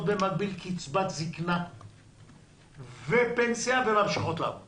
במקביל קצבת זקנה ופנסיה וממשיכות לעבוד